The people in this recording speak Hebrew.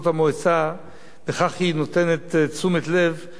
וכך היא נותנת תשומת לב לתפקיד כל כך חשוב,